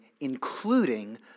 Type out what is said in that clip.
including